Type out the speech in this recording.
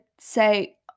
say